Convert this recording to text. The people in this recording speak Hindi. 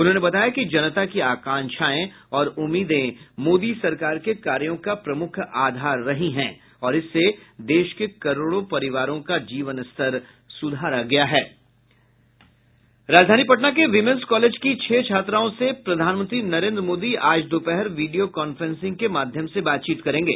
उन्होंने बताया कि जनता की आकांक्षाएं और उम्मीदें मोदी सरकार के कार्यों का प्रमुख आधार रही हैं और इससे देश के करोड़ों परिवारों का जीवन स्तर सुधारा गया है राजधानी पटना के वीमेन्स कॉलेज की छह छात्राओं से प्रधानमंत्री नरेंद्र मोदी आज दोपहर वीडियो कांफ्रेंसिंग के माध्यम से बातचीत करेंगे